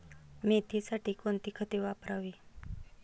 मेथीसाठी कोणती खते वापरावी?